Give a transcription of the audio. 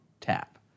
tap